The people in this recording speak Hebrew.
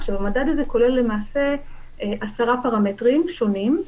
למעשה, המדד הזה כולל עשרה פרמטרים שונים,